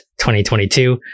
2022